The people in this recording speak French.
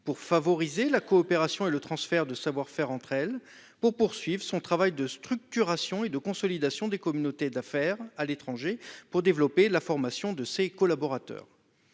pour favoriser la coopération et le transfert de savoir-faire entre elles, pour poursuivre un travail de structuration et de consolidation des communautés d'affaires à l'étranger et pour développer la formation de ses collaborateurs.